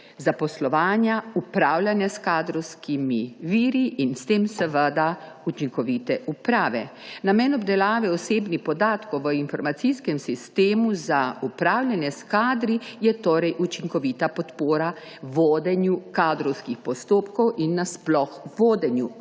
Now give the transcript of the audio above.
zaposlovanja, upravljanja s kadrovskimi viri in s tem seveda učinkovite uprave. Namen obdelave osebnih podatkov v informacijskem sistemu za upravljanje s kadri je torej učinkovita podpora vodenju kadrovskih postopkov in nasploh vodenju v